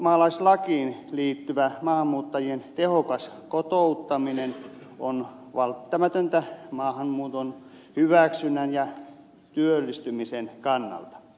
ulkomaalaislakiin liittyvä maahanmuuttajien tehokas kotouttaminen on välttämätöntä maahanmuuton hyväksynnän ja työllistymisen kannalta